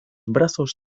brazos